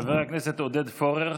חבר הכנסת עודד פורר,